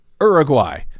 Uruguay